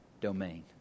domain